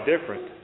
different